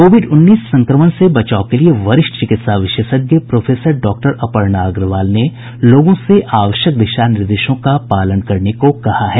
Covid उन्नीस संक्रमण से बचाव के लिए वरिष्ठ चिकित्सा विशेषज्ञ प्रोफेसर डॉक्टर अपर्णा अग्रवाल ने लोगों से आवश्यक दिशा निर्देशों का पालन करने को कहा है